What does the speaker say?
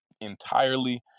entirely